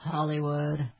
Hollywood